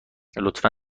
لطفا